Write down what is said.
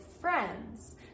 friends